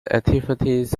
activities